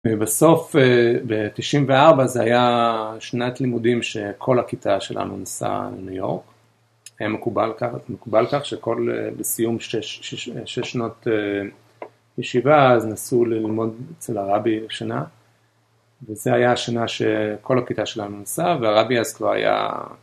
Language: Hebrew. בסוף, ב-94 זה היה שנת לימודים שכל הכיתה שלנו נסעה לניו יורק. היה מקובל כך שכל, בסיום 6 שנות ישיבה אז נסעו ללמוד אצל הרבי שנה, וזה היה השנה שכל הכיתה שלנו נסעה, והרבי אז כבר היה